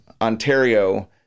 Ontario